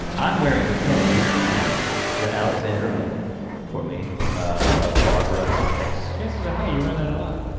i'm wearing the pin that alexandra made for me of barbara's face. this is how you wear that a lot.